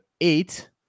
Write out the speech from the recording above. eight